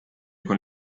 con